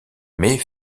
mais